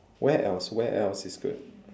where else where else is good